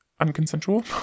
unconsensual